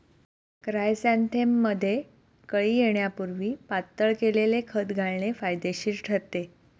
क्रायसॅन्थेमममध्ये कळी येण्यापूर्वी पातळ केलेले खत घालणे फायदेशीर ठरते